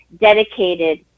dedicated